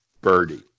birdie